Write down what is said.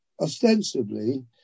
ostensibly